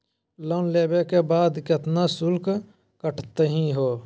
Loan लेवे के बाद केतना शुल्क कटतही हो?